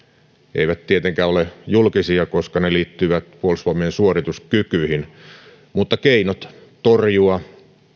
eivät tietenkään ole julkisia koska ne liittyvät puolustusvoimien suorituskykyihin mutta keinot torjua